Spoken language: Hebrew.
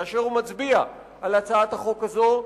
כאשר הוא מצביע על הצעת החוק הזאת,